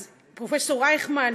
אז פרופ' רייכמן,